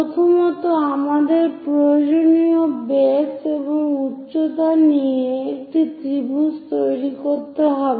প্রথমত আমাদের প্রয়োজনীয় বেস এবং উচ্চতা নিয়ে একটি ত্রিভুজ তৈরি করতে হবে